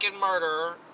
murderer